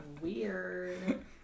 Weird